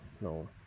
No